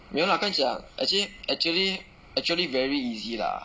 没有啦跟你讲 actually actually actually very easy lah